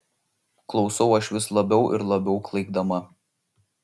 klausau aš vis labiau ir labiau klaikdama